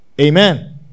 Amen